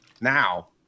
now